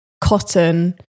cotton